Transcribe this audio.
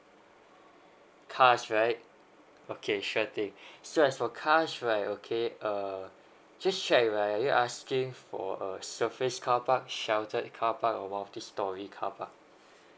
cars right okay sure thing so as for cars right okay uh just share right you asking for a surface carpark sheltered car park or multi storey car park